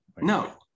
no